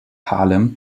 harlem